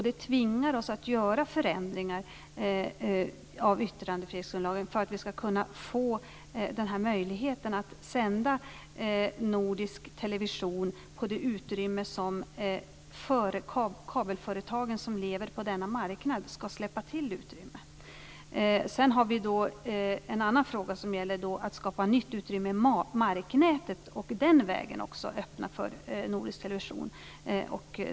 Det tvingar oss att göra förändringar av yttrandefrihetsgrundlagen för att vi ska få möjlighet att sända nordisk television och för att kabelföretagen som lever på denna marknad ska släppa till utrymme. Sedan är det en annan fråga som gäller att skapa nytt utrymme i marknätet och den vägen öppna för nordisk television.